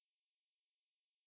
கண்டுக்க மாட்டாங்க:kandukka maattaanga